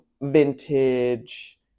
vintage